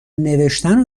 نوشتنو